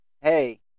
hey